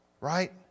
Right